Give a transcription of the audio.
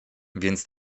więc